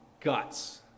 guts